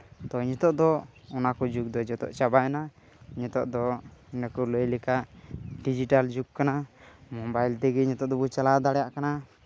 ᱛᱚ ᱱᱤᱛᱳᱜ ᱫᱚ ᱚᱱᱟ ᱠᱚ ᱡᱩᱜᱽ ᱫᱚ ᱚᱱᱟ ᱠᱚ ᱡᱩᱜᱽ ᱫᱚ ᱡᱚᱛᱚ ᱪᱟᱵᱟᱭᱮᱱᱟ ᱱᱤᱛᱳᱜ ᱫᱚ ᱚᱱᱟᱠᱚ ᱞᱟᱹᱭ ᱞᱮᱠᱷᱟᱱ ᱰᱤᱡᱤᱴᱟᱞ ᱡᱩᱜᱽ ᱠᱟᱱᱟ ᱢᱳᱵᱟᱭᱤᱞ ᱛᱮᱜᱮ ᱱᱤᱛᱳᱜ ᱫᱚᱵᱚ ᱪᱟᱞᱟᱣ ᱫᱟᱲᱭᱟᱜ ᱠᱟᱱᱟ